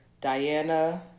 Diana